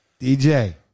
DJ